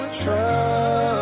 trust